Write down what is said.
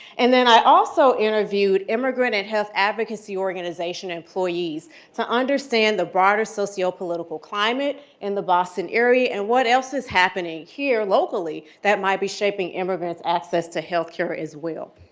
and then i also interviewed immigrant and health advocacy organization employees to understand the broader sociopolitical climate in the boston area and what else is happening here, locally, that might be shaping immigrants' access to health care as well.